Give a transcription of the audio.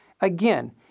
Again